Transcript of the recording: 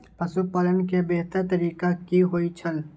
पशुपालन के बेहतर तरीका की होय छल?